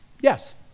Yes